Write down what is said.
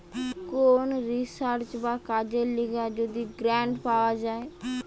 কোন রিসার্চ বা কাজের লিগে যদি গ্রান্ট পাওয়া যায়